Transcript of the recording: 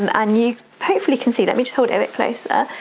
um and you hopefully can see, let me just hold it a bit closer.